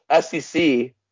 SEC